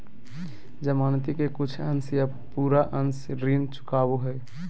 जमानती के कुछ अंश या पूरा अंश ऋण चुकावो हय